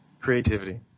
Creativity